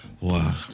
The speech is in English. wow